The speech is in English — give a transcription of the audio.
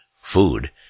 food